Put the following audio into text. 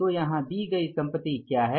तो यहाँ दी गई संपत्ति क्या हैं